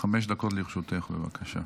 חמש דקות לרשותך, בבקשה.